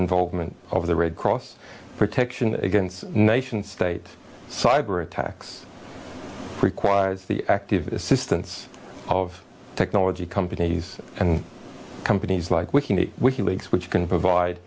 involvement of the red cross protection against nation state cyber attacks requires the active assistance of technology companies and companies like whitney wiki leaks which can provide